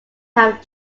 have